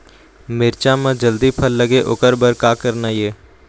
मिरचा म जल्दी फल लगे ओकर बर का करना ये?